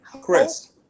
Chris